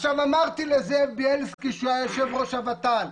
אמרתי לזאב ביילסקי שהוא היה יו"ר הות"ל.